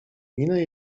minę